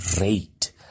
rate